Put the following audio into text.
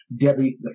Debbie